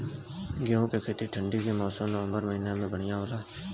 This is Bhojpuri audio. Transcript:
गेहूँ के खेती ठंण्डी के मौसम नवम्बर महीना में बढ़ियां होला?